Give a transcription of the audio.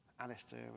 Alistair